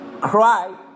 cry